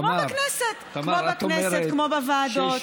כמו בכנסת, כמו בוועדות.